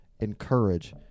encourage